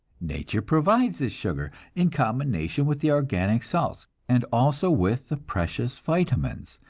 nature provides this sugar in combination with the organic salts, and also with the precious vitamines,